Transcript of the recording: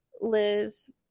Liz